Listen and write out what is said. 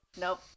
Nope